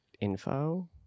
info